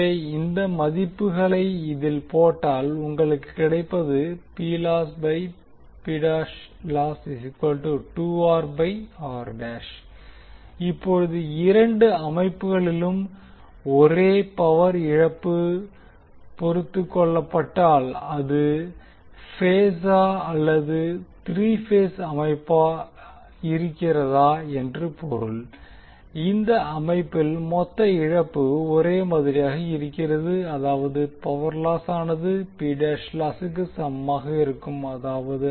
எனவே இந்த மதிப்புகளை இதில் போட்டால் உங்களுக்கு கிடைப்பது இப்போது இரண்டு அமைப்புகளிலும் ஒரே பவர் இழப்பு பொறுத்துக்கொள்ளப்பட்டால் அது பேசா அல்லது த்ரீ பேஸ் அமைப்பாக இருக்கிறதா என்று பொருள் இந்த அமைப்பில் மொத்த இழப்பு ஒரே மாதிரியாக இருக்கிறது அதாவது ஆனது க்கு சமமாக இருக்கும் அதாவது